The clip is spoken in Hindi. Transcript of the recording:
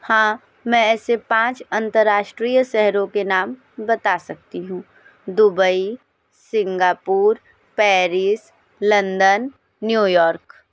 हाँ मैं ऐसे पाँच अंतर्राष्ट्रीय शहरों के नाम बता सकती हूँ Dubai Singapore Paris London New York